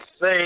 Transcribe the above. say